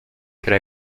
could